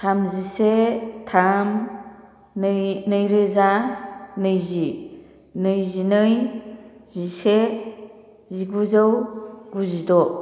थामजिसे थाम नैरोजा नैजि नैजिनै जिसे जिगुजौ गुजिद'